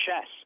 chess